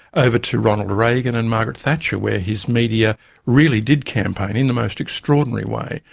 over to ronald reagan and margaret thatcher where his media really did campaign in the most extraordinary way,